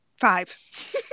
Five